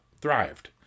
thrived